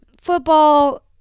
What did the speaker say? football